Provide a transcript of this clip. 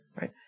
right